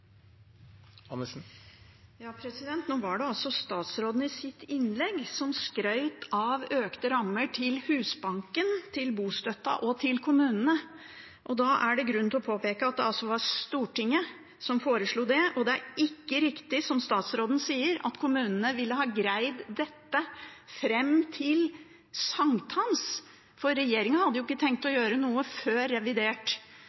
Nå var det altså statsråden som i sitt innlegg skrøt av økte rammer til Husbanken, bostøtten og kommunene. Da er det grunn til å påpeke at det var Stortinget som foreslo det. Det er ikke riktig, som statsråden sa, at kommunene ville ha greid dette fram til sankthans, for regjeringen hadde jo ikke tenkt å